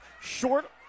Short